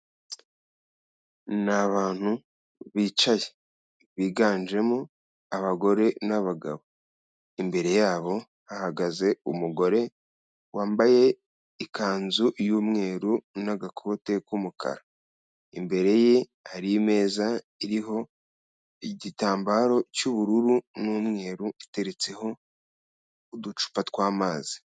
Ni abantu bicaye biganjemo abagore n'abagabo, imbere yabo hahagaze umugore wambaye ikanzu y'umweru n'agakote k'umukara, imbere ye hari imeza iriho igitambaro cy'ubururu n'umweru, iteretseho uducupa tw'amazi.